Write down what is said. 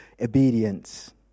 obedience